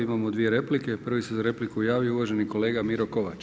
Imamo dvije replike, prvi se za repliku javio uvaženi kolega Miro Kovač.